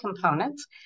components